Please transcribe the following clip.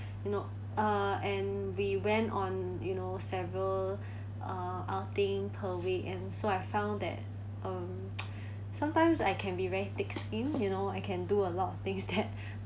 you know uh and we went on you know several uh outing per week and so I found that um sometimes I can be very thick skinned you know I can do a lot of things that